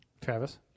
Travis